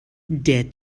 der